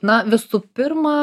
na visų pirma